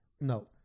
No